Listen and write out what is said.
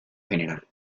general